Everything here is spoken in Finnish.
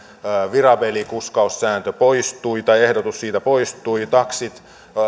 firaabelikuskaussääntö poistui tai ehdotus siitä poistui